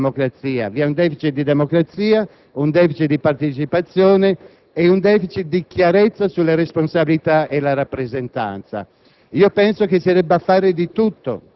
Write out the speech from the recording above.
è indubbio che vi sia un *deficit* di democrazia, di partecipazione e di chiarezza sulle responsabilità e sulla rappresentanza.